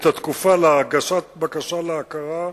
את התקופה להגשת בקשה להכרה,